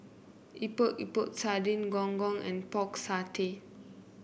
Epok Epok Sardin Gong Gong and Pork Satay